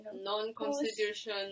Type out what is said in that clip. Non-Constitution